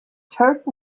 turf